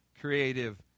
creative